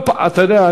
אתה יודע,